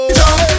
jump